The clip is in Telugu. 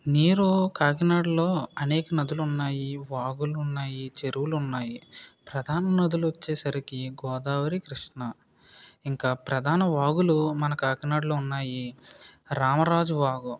నీరు కాకినాడలో అనేక నదులు ఉన్నాయి వాగులు ఉన్నాయి చెరువులు ఉన్నాయి ప్రధాన నదులు వచ్చేసరికి గోదావరి కృష్ణ ఇంకా ప్రధాన వాగులు మన కాకినాడలో ఉన్నాయి రామరాజు వాగు